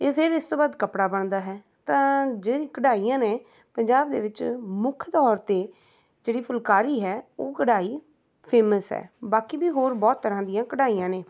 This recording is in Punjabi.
ਇਹ ਫਿਰ ਇਸ ਤੋਂ ਬਾਅਦ ਕੱਪੜਾ ਬਣਦਾ ਹੈ ਤਾਂ ਜਿਹੜੀ ਕਢਾਈਆਂ ਨੇ ਪੰਜਾਬ ਦੇ ਵਿੱਚ ਮੁੱਖ ਤੌਰ 'ਤੇ ਜਿਹੜੀ ਫੁਲਕਾਰੀ ਹੈ ਉਹ ਕਢਾਈ ਫੇਮਸ ਹੈ ਬਾਕੀ ਵੀ ਹੋਰ ਬਹੁਤ ਤਰ੍ਹਾਂ ਦੀਆਂ ਕਢਾਈਆਂ ਨੇ